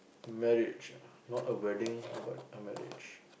marriage not a wedding but a marriage